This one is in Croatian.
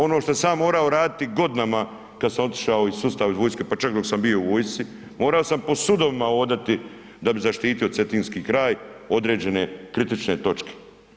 Ono što sam ja morao raditi godinama kada sam otišao iz sustava vojske, pa čak dok sam bio u vojsci, morao sam po sudovima odati da bi zaštitio Cetinski kraj određene kritične točke.